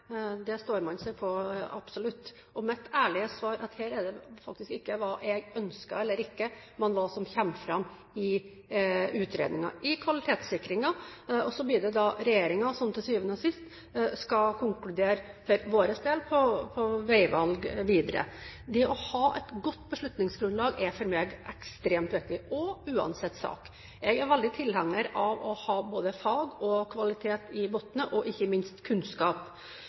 Det står man seg på, absolutt. Mitt ærlige svar er at her er det faktisk ikke hva jeg ønsker eller ikke, men hva som kommer fram i utredningen, i kvalitetssikringen. Så blir det da regjeringen som til sjuende og sist skal konkludere for vår del på veivalg videre. Det å ha et godt beslutningsgrunnlag er for meg ekstremt viktig – og uansett sak. Jeg er veldig tilhenger av å ha både fag og kvalitet i bunnen og ikke minst kunnskap.